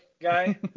guy